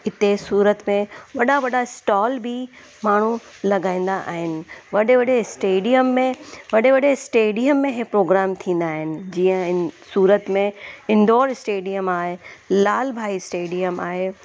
हिते सूरत में वॾा वॾा स्टॉल बि माण्हू लॻाईंदा आहिनि वॾे वॾे स्टेडियम में वॾे वॾे स्टेडियम में हीअ प्रोग्राम थींदा आहिनि जीअं इन सूरत में इंडोर स्टेडियम आहे लालभाई स्टेडियम आहे